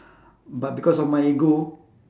but because of my ego